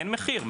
אין מחיר,